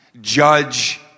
judge